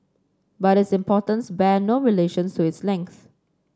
but its importance bear no relation to its length